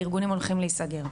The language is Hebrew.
והארגונים הולכים להיסגר,